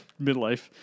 Midlife